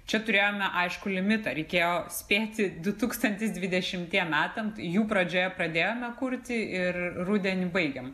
čia turėjome aiškų limitą reikėjo spėti du tūkstantis dvidešimtiem metam jų pradžioje pradėjome kurti ir rudenį baigėm